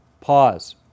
Pause